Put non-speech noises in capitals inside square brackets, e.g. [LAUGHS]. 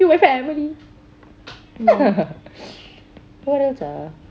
you my family [LAUGHS] what else ah